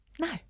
No